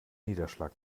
niederschlag